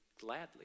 gladly